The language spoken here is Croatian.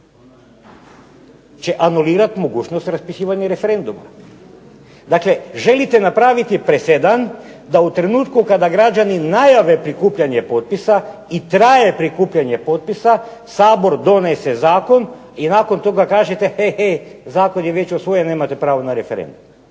će anulirati mogućnost raspisivanja referenduma. Dakle, želite napraviti presedan da u trenutku kada građani najave prikupljanje potpisa i traje prikupljanje potpisa Sabor donese zakon i nakon toga kažete he, he zakon je već usvojen, nemate pravo na referendum.